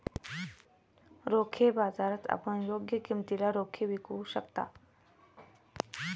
रोखे बाजारात आपण योग्य किमतीला रोखे विकू शकता